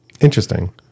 Interesting